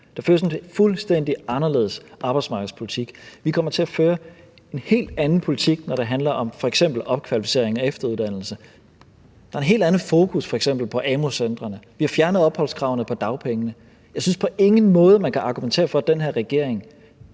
en fuldstændig anderledes arbejdsmarkedspolitik. Vi kommer til at føre en helt anden politik, når det handler om f.eks. opkvalificering og efteruddannelse. Der er et helt andet fokus på f.eks. amu-centrene. Vi har fjernet opholdskravet for ret til dagpenge. Jeg synes på ingen måde, man kan argumentere for, at den her regering